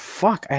fuck